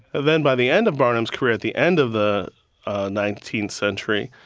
then by the end of barnum's career at the end of the ah nineteenth century,